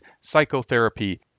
psychotherapy